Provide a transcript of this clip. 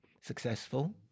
successful